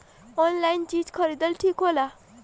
Online चीज खरीदल ठिक होला?